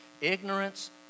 Ignorance